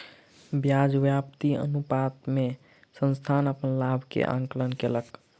ब्याज व्याप्ति अनुपात से संस्थान अपन लाभ के आंकलन कयलक